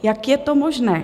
Jak je to možné?